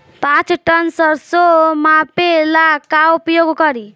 पाँच टन सरसो मापे ला का उपयोग करी?